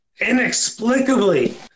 inexplicably –